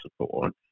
support